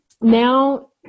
now